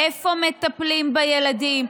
איפה מטפלים בילדים,